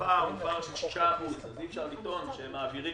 הפער הוא פער של 6% ואי אפשר לטעון שהם מעבירים